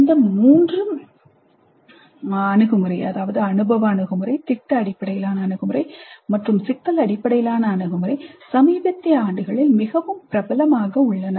இந்த மூன்று அனுபவ அணுகுமுறை திட்ட அடிப்படையிலான அணுகுமுறை மற்றும் சிக்கல் அடிப்படையிலான அணுகுமுறை சமீபத்திய ஆண்டுகளில் மிகவும் பிரபலமாக உள்ளன